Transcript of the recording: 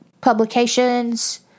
publications